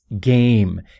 game